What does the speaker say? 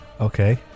Okay